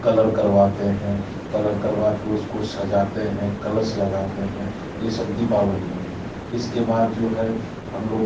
colour करवाते हैं colour करवाके उसको सजाते हैं कलश लगाते हैं ये सब दीपावली में है इसके बाद जो है हम लोग